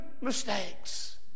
mistakes